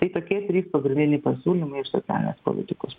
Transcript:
tai tokie trys pagrindiniai pasiūlymai iš socialinės politikos